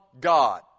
God